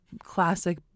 classic